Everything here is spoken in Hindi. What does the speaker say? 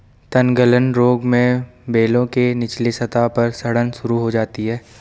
तनगलन रोग में बेलों के निचले सतह पर सड़न शुरू हो जाती है